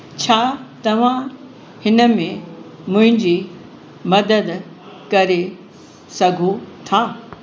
छा तव्हां हिन में मुंहिंजी मदद करे सघो था